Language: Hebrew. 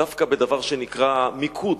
דווקא בדבר שנקרא מיקוד.